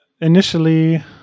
initially